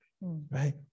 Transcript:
right